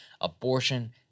abortion